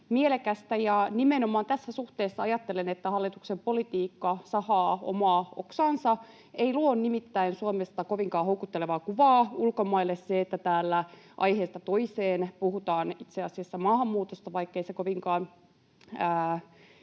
Nimenomaan tässä suhteessa ajattelen, että hallituksen politiikka sahaa omaa oksaansa. Nimittäin ei luo Suomesta kovinkaan houkuttelevaa kuvaa ulkomaille se, että täällä aiheesta toiseen puhutaan itse asiassa maahanmuutosta, vaikkei se kovinkaan